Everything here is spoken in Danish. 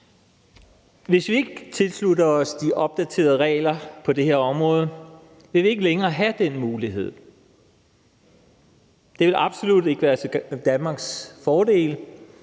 Hvis vi ikke tilslutter os de opdaterede regler på det her område, vil vi ikke længere have den mulighed. Det vil absolut ikke være til Danmarks fordel,